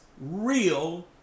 real